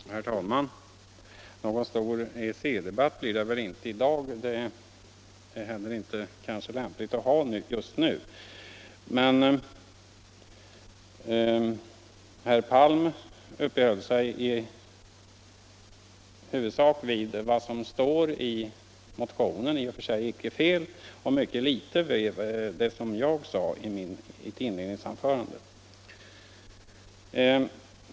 Herr talman! Någon stor EG-debatt blir det väl inte i dag, och det är kanske inte heller lämpligt att ha en sådan just nu. Herr Palm uppehöll sig i huvudsak vid vad som står i motionen — vilket i och för sig icke är fel — och mycket litet vid det som jag sade i mitt inledningsanförande.